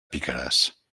picaràs